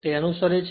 તે અનુસરે છે